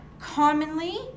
commonly